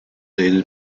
aided